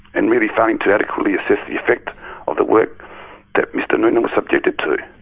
and really failing to adequately assess the effect of the work that mr noonan was subjected to.